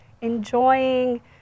enjoying